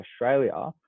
Australia